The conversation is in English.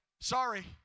Sorry